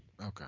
okay